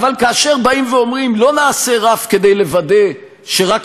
אבל כאשר באים ואומרים: לא נעשה רף כדי לוודא שרק